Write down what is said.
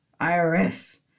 IRS